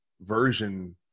version